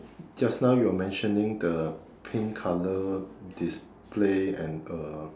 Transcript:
just now you were mentioning the pink colour display and uh